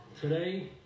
Today